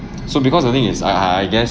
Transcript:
so because the thing is I I I guess